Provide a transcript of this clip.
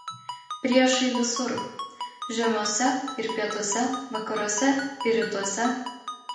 priešai visur žiemiuose ir pietuose vakaruose ir rytuose